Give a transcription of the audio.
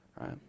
right